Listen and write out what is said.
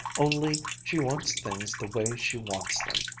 only she wants things the way she wants them.